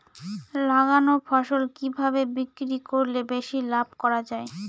লাগানো ফসল কিভাবে বিক্রি করলে বেশি লাভ করা যায়?